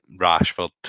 Rashford